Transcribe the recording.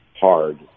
hard